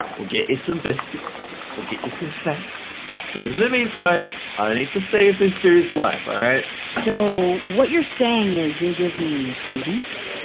we'll get you some biscuits, get you some snacks, but in the meantime i need to save this dude's life, alright? so, what you're saying is you'll give me, foodies?